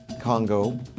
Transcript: Congo